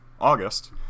august